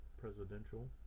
Presidential